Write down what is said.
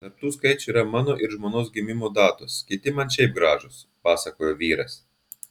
tarp tų skaičių yra mano ir žmonos gimimo datos kiti man šiaip gražūs pasakojo vyras